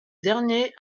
derniers